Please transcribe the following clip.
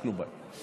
ועסקנו בהם.